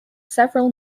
several